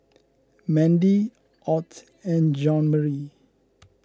Mandie Ott and Jeanmarie